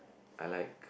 I liked